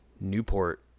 Newport